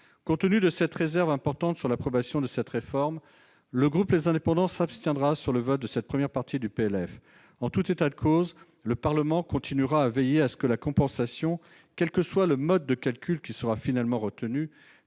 Compte tenu de cette réserve importante sur l'approbation de cette réforme, le groupe Les Indépendants s'abstiendra sur le vote de cette première partie du PLF. En tout état de cause, le Parlement continuera à veiller à ce que la compensation, quel que soit le mode de calcul qui sera finalement retenu,